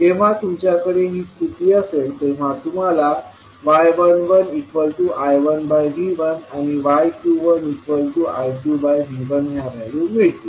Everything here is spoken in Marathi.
जेव्हा तुमच्याकडे ही अशी स्थिती असेल तेव्हा तुम्हाला y11I1V1 आणि y21I2V1 ह्या व्हॅल्यू मिळतील